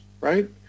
right